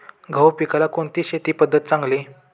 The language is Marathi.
गहू पिकाला कोणती शेती पद्धत चांगली?